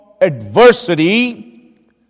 adversity